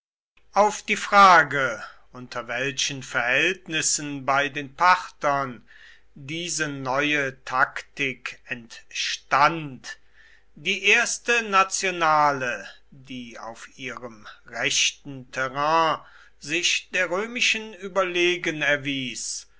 auf die frage unter welchen verhältnissen bei den parthern diese neue taktik entstand die erste nationale die auf ihrem rechten terrain sich der römischen überlegen erwies